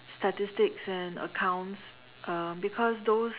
statics and accounts um because those